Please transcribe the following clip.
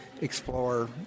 explore